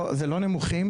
לא זה לא נמוכים.